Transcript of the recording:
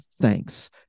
thanks